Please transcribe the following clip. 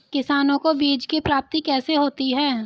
किसानों को बीज की प्राप्ति कैसे होती है?